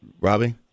Robbie